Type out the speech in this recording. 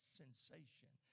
sensation